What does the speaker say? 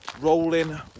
Rolling